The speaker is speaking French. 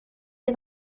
les